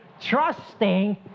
trusting